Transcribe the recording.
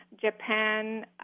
Japan